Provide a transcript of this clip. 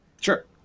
Sure